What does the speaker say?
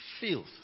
filth